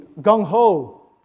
gung-ho